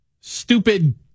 stupid